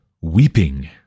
weeping